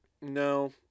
No